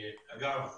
אגב,